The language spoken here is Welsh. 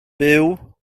byw